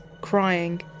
crying